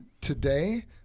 today